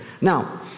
Now